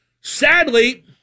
Sadly